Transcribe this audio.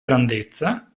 grandezza